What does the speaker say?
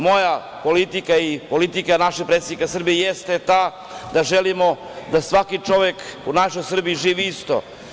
Moja politika i politika našeg predsednika Srbije jeste ta da želimo da svaki čovek u našoj Srbiji živi isto.